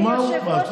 נו, באמת.